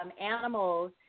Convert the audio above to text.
animals